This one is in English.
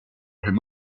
him